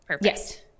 yes